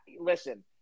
Listen